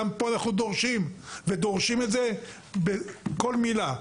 גם פה אנחנו דורשים ודורשים את זה בכל מילה.